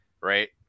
right